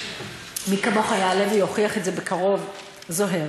מי כמוך יעלה ויוכיח את זה בקרוב, זוהיר.